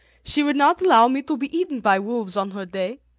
she would not allow me to be eaten by wolves on her day.